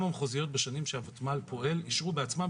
המחוזיות בשנים שהוותמ"ל פועל אישרו בעצמן,